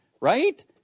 right